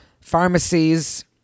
pharmacies